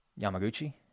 Yamaguchi